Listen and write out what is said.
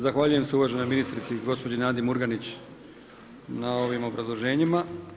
Zahvaljujem se uvaženoj ministrici gospođi Nadi Murganić na ovim obrazloženjima.